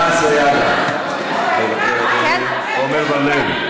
דן סידה, מוותר, אדוני, עומר בר-לב,